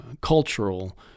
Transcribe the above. cultural